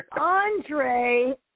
Andre